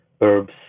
herbs